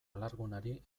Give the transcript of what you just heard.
alargunari